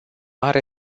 are